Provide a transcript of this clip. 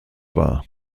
wahr